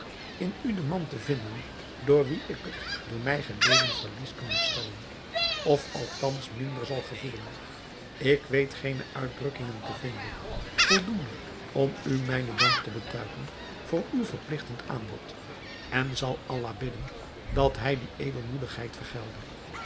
in u den man te vinden door wien ik het door mij geleden verlies kan herstellen of althans minder zal gevoelen ik weet geene uitdrukkingen te vinden voldoende om u mijnen dank te betuigen voor uw verpligtend aanbod en zal allah bidden dat hij die edelmoedigheid vergelde